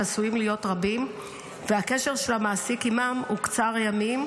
שעשויים להיות רבים והקשר של המעסיק עימם הוא קצר ימים,